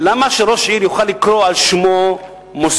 למה שראש עיר יוכל לקרוא על שמו מוסד?